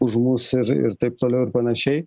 už mus ir ir taip toliau ir panašiai